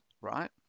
Right